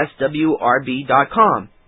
swrb.com